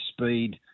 speed